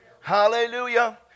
Hallelujah